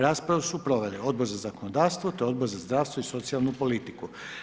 Raspravu su proveli Odbor za zakonodavstvo te Odbor za zdravstvo i socijalnu politiku.